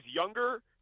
younger